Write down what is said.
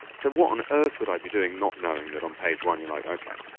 so, what on earth would i be doing not knowing that on page one you're like, okay,